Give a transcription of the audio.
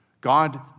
God